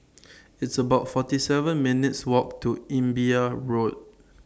It's about forty seven minutes' Walk to Imbiah Road